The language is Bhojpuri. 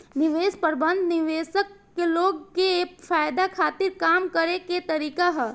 निवेश प्रबंधन निवेशक लोग के फायदा खातिर काम करे के तरीका ह